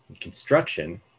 construction